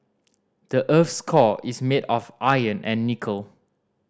the earth's core is made of iron and nickel